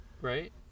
right